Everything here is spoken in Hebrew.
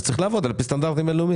אז צריך לעבוד לפי סטנדרטים בינלאומיים.